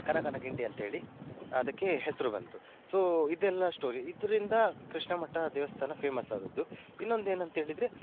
ಕನಕನ ಕಿಂಡಿ ಅಂತೇಳಿ ಅದಕ್ಕೆ ಹೆಸರು ಬಂತು ಸೊ ಇದೆಲ್ಲ ಸ್ಟೋರಿ ಇದರಿಂದ ಕೃಷ್ಣ ಮಠ ದೇವಸ್ಥಾನ ಫೇಮಸ್ಸಾದದ್ದು ಇನ್ನೊಂದು ಏನಂತೇಳಿದರೆ